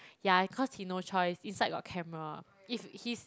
ya cause he no choice inside got camera if his